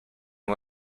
who